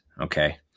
okay